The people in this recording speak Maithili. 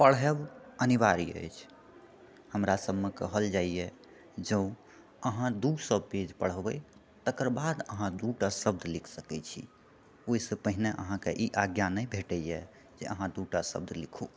पढ़ब अनिवार्य अछि हमरासभमे कहल जाइए जँ अहाँ दू सए पेज पढ़बै तकरबाद अहाँ दू टा शब्द लिखि सकैत छी ओहिसँ पहिने अहाँकेँ ई आज्ञा नहि भेटैए जे अहाँ दू टा शब्द लिखु